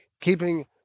keeping